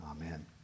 Amen